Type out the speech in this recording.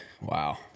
Wow